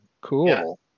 cool